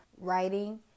writing